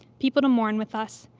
people to mourn with us,